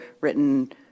written